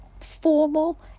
formal